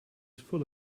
full